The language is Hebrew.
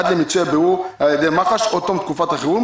עד למיצוי הבירור על-ידי מח"ש או תום תקופת החירום,